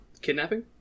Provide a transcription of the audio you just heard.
Kidnapping